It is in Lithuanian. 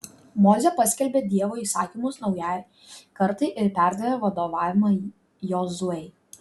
mozė paskelbė dievo įsakymus naujai kartai ir perdavė vadovavimą jozuei